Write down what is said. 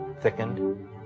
thickened